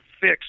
fix